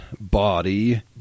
body